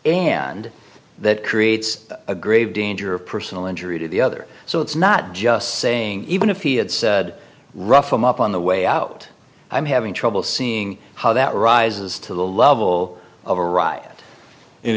and that creates a grave danger of personal injury to the other so it's not just saying even if he had said rough him up on the way out i'm having trouble seeing how that rises to the level of a riot and